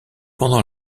pendant